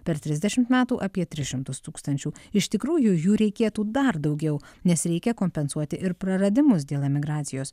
per trisdešimt metų apie tris šimtus tūkstančių iš tikrųjų jų reikėtų dar daugiau nes reikia kompensuoti ir praradimus dėl emigracijos